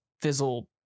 fizzled